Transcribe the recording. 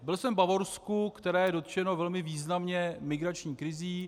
Byl jsem v Bavorsku, které je dotčeno velmi významně migrační krizí.